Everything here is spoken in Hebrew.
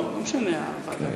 הסדר,